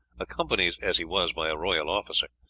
accompanied as he was by a royal officer,